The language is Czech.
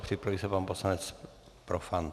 Připraví se pan poslanec Profant.